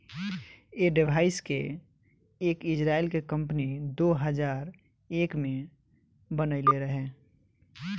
ऐ डिवाइस के एक इजराइल के कम्पनी दो हजार एक में बनाइले रहे